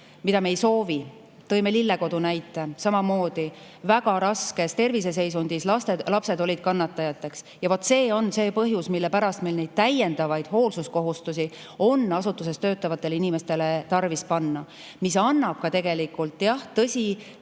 mida me ei soovi. Tõime Lille Kodu näite – samamoodi väga raskes terviseseisundis lapsed olid kannatajateks. Ja vaat see on põhjus, mille pärast meil neid täiendavaid hoolsuskohustusi on asutustes töötavatele inimestele tarvis panna. See annab tegelikult, tõsi,